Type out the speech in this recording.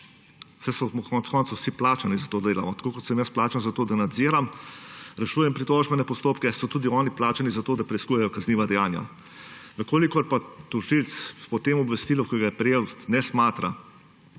so konec koncev vsi plačani za to delo,. Tako kot sem jaz plačan za to, da nadziram, rešujem pritožbene postopke, so tudi oni plačani za to, da preiskujejo kazniva dejanja. Če pa tožilec po tem obvestilu, ko ga je prejel, ne smatra,